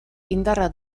indarra